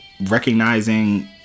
recognizing